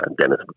Dennis